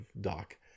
Doc